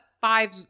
five